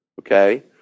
okay